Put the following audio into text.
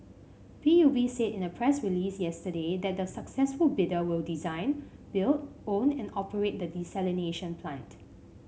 P U B said in a press release yesterday that the successful bidder will design build own and operate the desalination plant